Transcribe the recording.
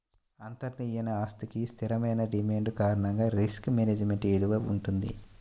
అంతర్లీన ఆస్తికి స్థిరమైన డిమాండ్ కారణంగా రిస్క్ మేనేజ్మెంట్ విలువ వుంటది